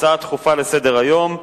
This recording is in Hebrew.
להצעות דחופות לסדר-היום מס'